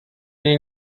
není